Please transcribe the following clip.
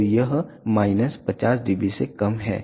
तो यह minus 50 dB से कम है